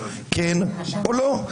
כן או לא?